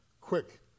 quick